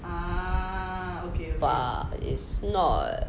bah is not